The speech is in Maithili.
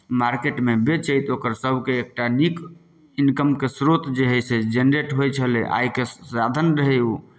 मार्केटमे बेचै तऽ ओकर सभके एकटा नीक इनकमके श्रोत जे हइ से जेनरेट होइ छलै आयके साधन रहै ओ